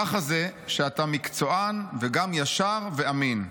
ככה זה כשאתה מקצוען וגם ישר ואמין.